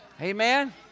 Amen